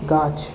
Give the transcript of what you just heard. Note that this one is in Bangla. গাছ